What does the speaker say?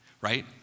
Right